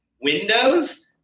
Windows